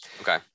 Okay